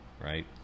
right